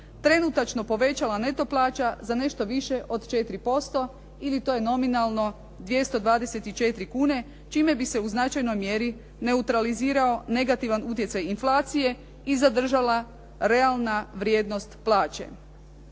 trenutačno povećala neto plaća za nešto više od 4% ili to je nominalno 224 kune, čime bi se u značajnoj mjeri neutralizirao negativan utjecaj inflacije i zadržala realna vrijednost plaće.